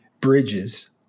bridges